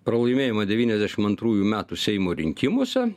pralaimėjimą devyniasdešim antrųjų metų seimo rinkimuose